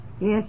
Yes